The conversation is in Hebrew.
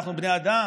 אנחנו בני אדם.